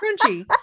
Crunchy